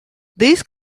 these